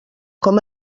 com